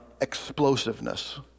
explosiveness